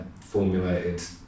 formulated